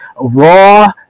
Raw